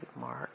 Mark